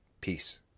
Peace